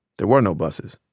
there were no buses.